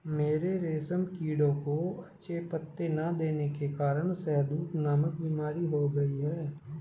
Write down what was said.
मेरे रेशम कीड़ों को अच्छे पत्ते ना देने के कारण शहदूत नामक बीमारी हो गई है